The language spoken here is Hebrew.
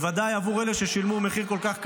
בוודאי עבור אלה ששילמו מחיר כל כך כבד.